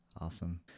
awesome